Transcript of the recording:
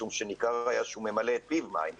משום שהוא ממלא פיו מים